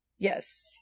Yes